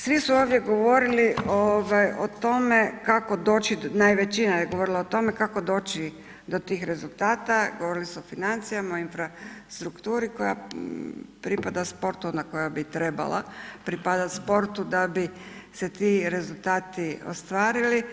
Svi su ovdje govorili o tome kako doći, većina je govorila o tome kako doći do tih rezultata, govorili su o financijama, o infrastrukturi koja pripada sportu ona koja bi trebala pripadati sportu da bi se ti rezultati ostvarili.